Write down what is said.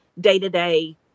day-to-day